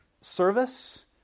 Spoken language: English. service